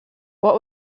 what